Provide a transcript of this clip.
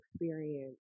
experience